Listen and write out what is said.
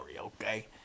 okay